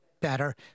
better